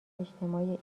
اجتماعی